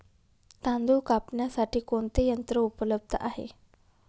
तांदूळ कापण्यासाठी कोणते यंत्र उपलब्ध आहे?